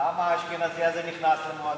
למה האשכנזי הזה נכנס למועדון?